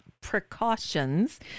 precautions